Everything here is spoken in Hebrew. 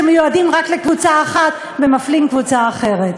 אבל לא באמצעות חקיקת חוקים שמיועדים רק לקבוצה אחת ומפלים קבוצה אחרת.